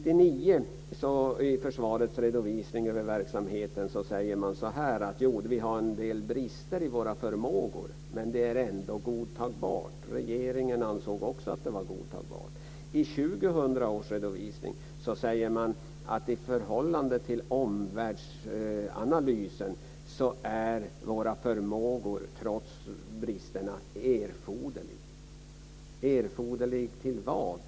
I försvarets redovisning av verksamheten 1999 framhålls att vi har en del brister i våra förmågor men att de ändå är godtagbara. Också regeringen anser att de är godtagbara. I 2000 års redovisning säger man att med hänsyn till omvärldsanalysen är våra förmågor trots bristerna erforderliga. - Erforderliga till vad?